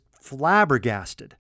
flabbergasted